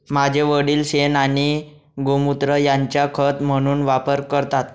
माझे वडील शेण आणि गोमुत्र यांचा खत म्हणून वापर करतात